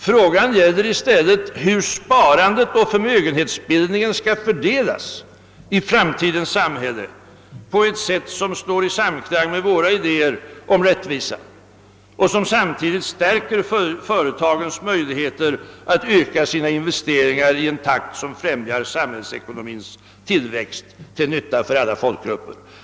Frågan gäller i stället hur sparandet och förmögenhetsbildningen bör fördelas i framtidens samhälle på ett sätt som står i samklang med våra idéer om rättvisa och som samtidigt stärker företagens möjligheter att öka sina investeringar i en takt som främjar samhällsekonomins tillväxt, till nytta för alla folkgrupper.